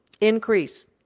increase